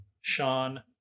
Sean